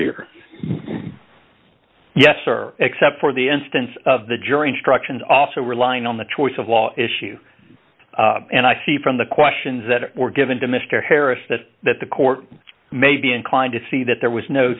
year yes sir except for the instance of the jury instruction also relying on the choice of law issue and i see from the questions that were given to mr harris that that the court may be inclined to see that there was no